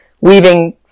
weaving